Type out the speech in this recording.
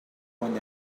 wind